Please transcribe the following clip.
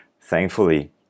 Thankfully